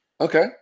Okay